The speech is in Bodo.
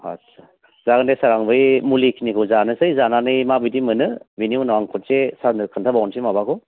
आत्सा जागोन दे सार आं बै मुलि खिनिखौ जानोसै जानानै माबायदि मोनो बेनि उनाव आं खुनसे सारनो खोन्थाबावसै माबाखौ